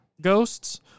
ghosts